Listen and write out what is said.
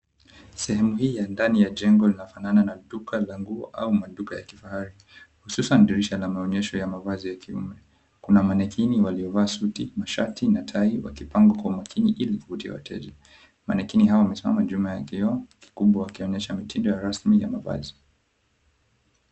Sehemu hii ya ndani ya jengo linafanana na duka la nguo au maduka ya kifahari, hususan dirisha la maonyesho ya mavazi ya kiume. Kuna mannequin waliovaa suti, mashati na tai wakipangwa kwa umakini ili kuvutia wateja. Mannequin hawa wamesimama nyuma ya kioo kikubwa, wakionyesha mitindo ya rasmi ya mavazi.